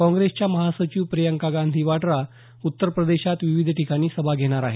काँग्रेसच्या महासचिव प्रियंका गांधा वाड़ा उत्तरप्रदेशात विविध ठिकाणी सभा घेणार आहेत